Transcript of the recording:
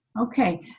Okay